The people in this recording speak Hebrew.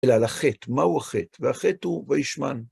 אלא על החטא. מהו החטא? והחטא הוא וישמן.